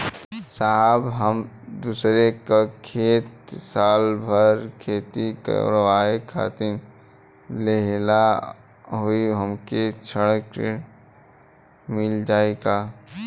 साहब हम दूसरे क खेत साल भर खेती करावे खातिर लेहले हई हमके कृषि ऋण मिल जाई का?